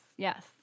Yes